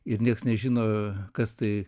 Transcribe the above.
ir nieks nežino kas tai